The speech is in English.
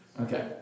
Okay